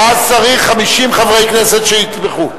אז צריך 50 חברי כנסת שיתמכו.